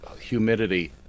humidity